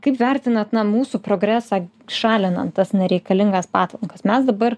kaip vertinat na mūsų progresą šalinant tas nereikalingas patvankas mes dabar